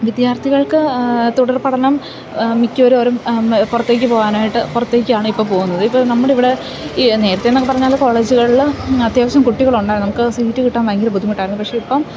വിദ്യാർത്ഥികൾക്ക് തുടർപഠനം മിക്കവരും പറയും പുറത്തേക്കു പോവാനായിട്ട് പുറത്തേക്കാണ് ഇപ്പോള് പോവുന്നത് ഇപ്പോള് നമ്മളിവിടെ ഈ നേരത്തെന്നൊക്കെ പറഞ്ഞാല് കോളേജുകളില് അത്യാവശ്യം കുട്ടികളുണ്ടായിരുന്നു നമുക്ക് സീറ്റ് കിട്ടാൻ ഭയങ്കര ബുദ്ധിമുട്ടാണ് പക്ഷേ ഇപ്പോള്